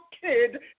kid